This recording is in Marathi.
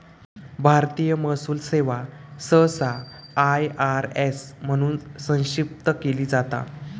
भारतीय महसूल सेवा सहसा आय.आर.एस म्हणून संक्षिप्त केली जाता